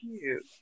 cute